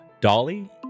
Dolly